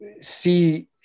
see